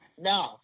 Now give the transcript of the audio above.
no